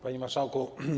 Panie Marszałku!